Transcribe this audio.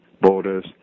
borders